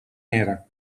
nera